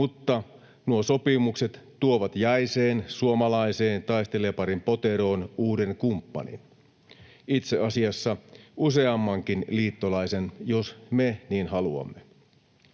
mutta nuo sopimukset tuovat jäiseen suomalaiseen taistelijaparin poteroon uuden kumppanin — itse asiassa useammankin liittolaisen, jos me niin haluamme.